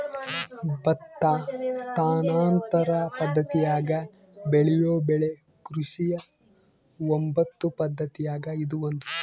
ಭತ್ತ ಸ್ಥಾನಾಂತರ ಪದ್ದತಿಯಾಗ ಬೆಳೆಯೋ ಬೆಳೆ ಕೃಷಿಯ ಒಂಬತ್ತು ಪದ್ದತಿಯಾಗ ಇದು ಒಂದು